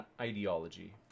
ideology